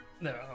No